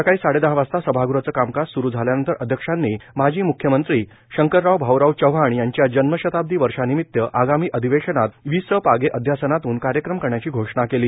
सकाळी साडेदहा वाजता सभागृहाचे कामकाज सुरू झाल्यानंतर अध्यक्षांनी माजी मृंख्यमंत्री शंकरराव भाऊराव चव्हाण यांच्या जन्मशताब्दी वर्षानिमित आगामी अधिवेशनात विस पागे अध्यासनातून कार्यक्रम करण्याची घोषणा केली